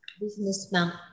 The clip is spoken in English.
Businessman